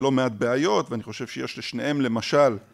לא מעט בעיות ואני חושב שיש לשניהם למשל